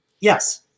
Yes